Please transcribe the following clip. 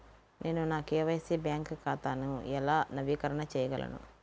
నేను నా KYC bank ఖాతాను ఎలా నవీకరణ చేయగలను?